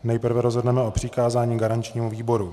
Nejprve rozhodneme o přikázání garančnímu výboru.